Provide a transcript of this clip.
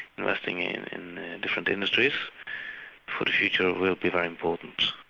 investing in in different industries for the future will be very important.